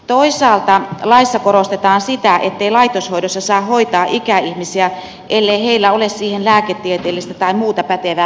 toisaalta laissa korostetaan sitä ettei laitoshoidossa saa hoitaa ikäihmisiä ellei heillä ole siihen lääketieteellistä tai muuta pätevää perustelua